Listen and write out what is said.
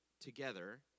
together